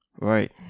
Right